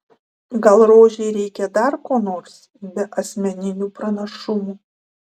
gal rožei reikia dar ko nors be asmeninių pranašumų